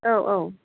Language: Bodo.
औ औ